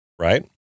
Right